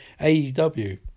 AEW